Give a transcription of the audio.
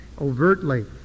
overtly